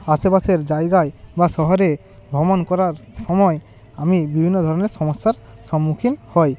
আশেপাশের জায়গায় বা শহরে ভ্রমণ করার সময় আমি বিভিন্ন ধরনের সমস্যার সম্মুখীন হই